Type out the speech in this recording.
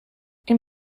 این